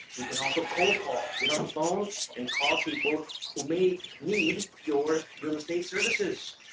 you can also cold call. get on the phone and call people who may need your real estate services.